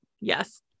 Yes